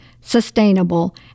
sustainable